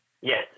Yes